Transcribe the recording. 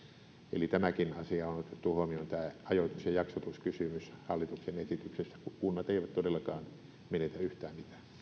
eli tämä ajoitus ja jaksotuskysymyskin on otettu huomioon hallituksen esityksessä ja kunnat eivät todellakaan menetä yhtään